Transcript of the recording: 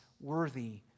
worthy